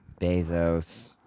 Bezos